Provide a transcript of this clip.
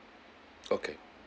okay